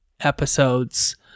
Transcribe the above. episodes